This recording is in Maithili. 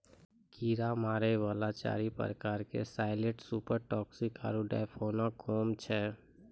कीड़ा मारै वाला चारि प्रकार के साइलेंट सुपर टॉक्सिक आरु डिफेनाकौम छै